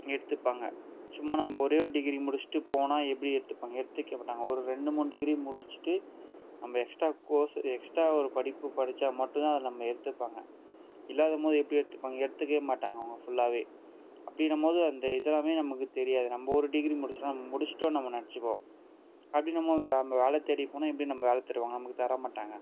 எடுத்துப்பாங்க சும்மா நம்ப ஒரே ஒரு டிகிரி முடிச்சிட்டு போனால் எப்படி எடுத்துப்பாங்க எடுத்துக்கவே மாட்டாங்க ஒரு ரெண்டு மூணு டிகிரி முடிச்சிட்டு நம்ப எக்ஸ்ட்ரா கோர்ஸ் எக்ஸ்ட்ரா ஒரு படிப்பு படிச்சால் மட்டும் தான் அதில் நம்ம எடுத்துப்பாங்க இல்லாதபோது எப்படி எடுத்துப்பாங்க எடுத்துக்கவே மாட்டாங்க அவங்க ஃபுல்லாவே அப்டின்றபோது இந்த இதெல்லாமே நமக்கு தெரியாது நம்ப ஒரு டிகிரி முடிச்சினால் முடிச்சிட்டோம்னு நம்ம நினச்சிப்போம் அப்டின்றபோது நம்ப வேலை தேடி போனால் எப்படி நமக்கு வேலை தருவாங்க நமக்கு தர மாட்டாங்க